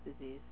disease